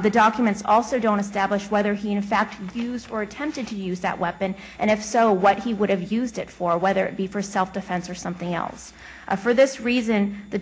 the documents also don't establish whether he in fact used or attempted to use that weapon and if so what he would have used it for whether it be for self defense or something else for this reason the